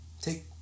take